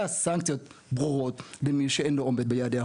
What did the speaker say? סנקציות ברורות למי שאינו עומד ביעדי החוק.